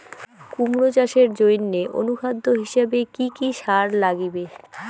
কুমড়া চাষের জইন্যে অনুখাদ্য হিসাবে কি কি সার লাগিবে?